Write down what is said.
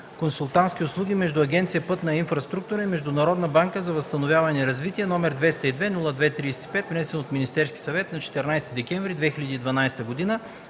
консултантски услуги между Агенция „Пътна инфраструктура” и Международната банка за възстановяване и развитие, № 202-02-35, внесен от Министерския съвет на 14 декември 2012 г.